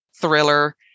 thriller